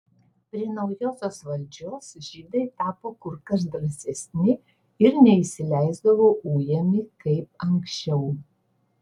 prie naujosios valdžios žydai tapo kur kas drąsesni ir nesileisdavo ujami kaip anksčiau